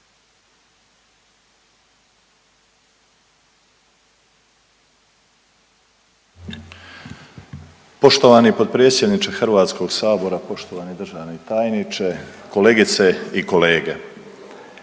poštovani potpredsjedniče Hrvatskog sabora, poštovani državni tajniče sa suradnicom, kolegice i kolege.